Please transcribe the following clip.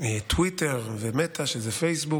טוויטר ומטא, שזה פייסבוק,